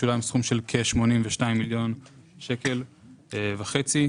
שולם סכום של כ-82.5 מיליון שקל עבור